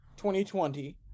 2020